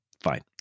fine